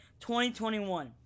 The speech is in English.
2021